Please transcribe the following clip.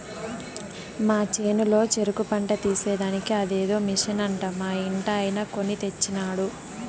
మా చేనులో చెరుకు పంట తీసేదానికి అదేదో మిషన్ అంట మా ఇంటాయన కొన్ని తెచ్చినాడు